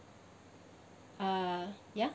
uh ya